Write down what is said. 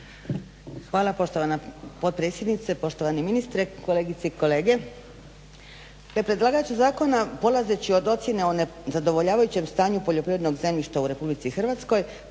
Hvala poštovana potpredsjednice. Poštovani ministre, kolegice i kolege. Da je predlagač zakona polazeći od ocjene o nezadovoljavajućem stanju poljoprivrednog zemljišta u RH predlaže novi zakon